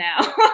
now